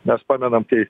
mes pamenam kai